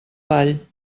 vall